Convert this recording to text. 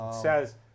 says